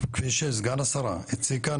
כפי שסגן השרה הציג כאן,